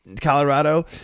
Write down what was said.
Colorado